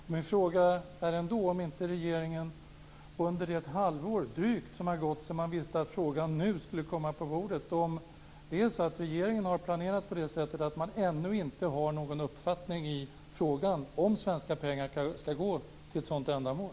sedan drygt ett halvår har man ju vetat att frågan nu skulle komma på bordet - och om man ännu inte har någon uppfattning om svenska pengar ska gå till ett sådant här ändamål.